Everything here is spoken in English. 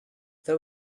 they